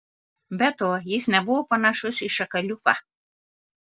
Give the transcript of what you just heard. be to jis nebuvo panašus į šakaliuką